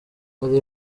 hari